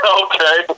okay